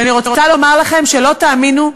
ואני רוצה לומר לכם שלא תאמינו,